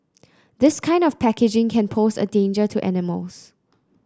this kind of packaging can pose a danger to animals